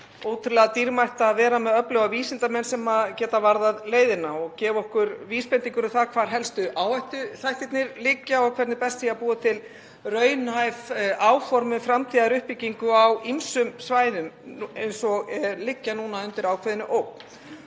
ótrúlega dýrmætt að vera með öfluga vísindamenn sem geta varðað leiðina og gefið okkur vísbendingar um það hvar helstu áhættuþættirnir liggja og hvernig best sé að búa til raunhæf áform um framtíðaruppbyggingu á ýmsum svæðum sem liggja núna undir ákveðinni